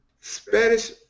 Spanish